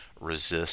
resist